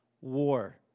war